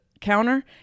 counter